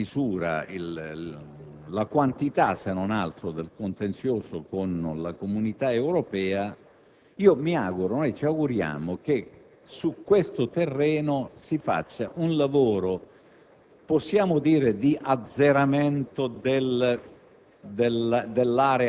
pensiamo in questo modo di aver abbassato in qualche misura la quantità, se non altro, del contenzioso con la Comunità Europea e ci auguriamo che su questo terreno si faccia un lavoro,